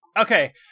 Okay